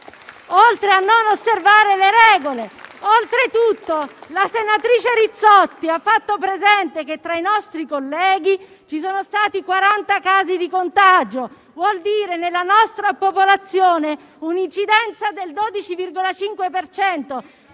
oltre a non osservare le regole. Oltretutto, la senatrice Rizzotti ha fatto presente che tra i nostri colleghi ci sono stati 40 casi di contagio; ciò vuol dire che nella nostra popolazione c'è un'incidenza del 12,5